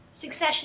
succession